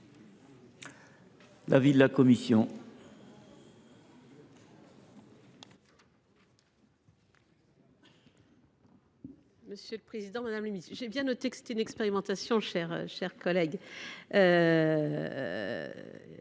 l’avis de la commission